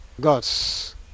gods